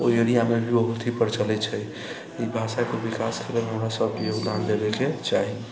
ओहि एरियामे बहुत ही प्रचलित छै ई भाषा के विकास करै मे हमरा सबके योगदान देबे के चाही